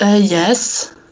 yes